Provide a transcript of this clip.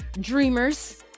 dreamers